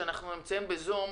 שאנחנו נמצאים בזום,